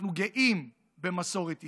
אנחנו גאים במסורת ישראל,